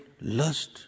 lust